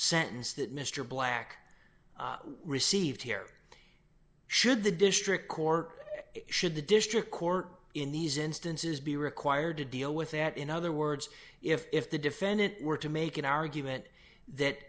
sentence that mr black received here should the district court should the district court in these instances be required to deal with that in other words if the defendant were to make an argument that